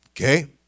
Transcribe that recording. Okay